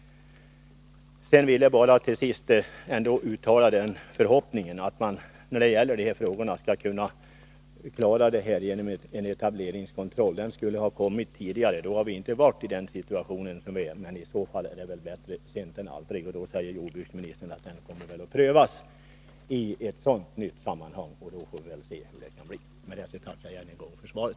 Till sist vill jag bara uttala den förhoppningen att man skall kunna klara av de här frågorna genom en etableringskontroll. Den skulle ha kommit tidigare, så hade vi inte varit i den nuvarande situationen. Men det är bättre sent än aldrig. Jordbruksministern säger ju att den möjligheten väl kommer att prövas i ett sådant nytt sammanhang. Då får vi se hur det kan bli. Herr talman! Jag tackar än en gång för svaret.